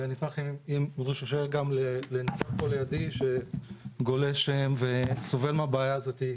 ונשמח אם יתאפשר גם לנדב פה לידי שגולש וסובל מהבעיה הזאת.